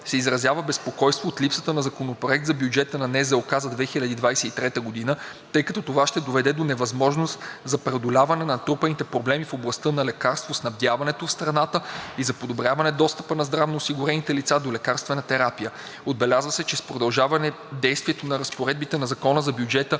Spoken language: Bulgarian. се изразява безпокойство от липсата на Законопроект за бюджета на НЗОК за 2023 г., тъй като това ще доведе до невъзможност за преодоляване на натрупаните проблеми в областта на лекарствоснабдяването в страната и за подобряване достъпа на здравноосигурените лица до лекарствена терапия. Отбелязва се, че с продължаване действието на разпоредби на Закона за бюджета